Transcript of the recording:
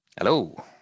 Hello